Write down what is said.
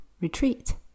retreat